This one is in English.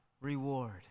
reward